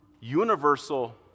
universal